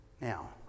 Now